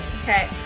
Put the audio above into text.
okay